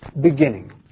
beginning